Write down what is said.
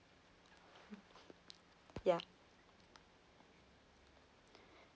ya